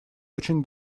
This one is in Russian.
очень